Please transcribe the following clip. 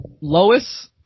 Lois